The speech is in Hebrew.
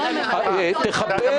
רק מה שעלה